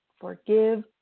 forgive